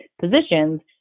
positions